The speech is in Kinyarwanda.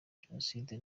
jenoside